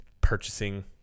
purchasing